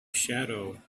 shadow